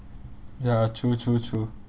ya true true true